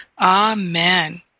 Amen